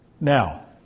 Now